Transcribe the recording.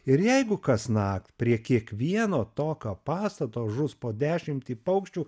ir jeigu kasnakt prie kiekvieno tokio pastato žus po dešimtį paukščių